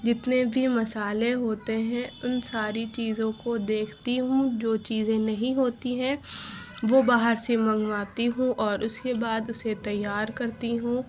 جتنے بھی مسالے ہوتے ہیں ان ساری چیزوں کو دیکھتی ہوں جو چیزیں نہیں ہوتی ہیں وہ باہر سے منگواتی ہوں اور اس کے بعد اسے تیار کرتی ہوں